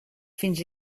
fins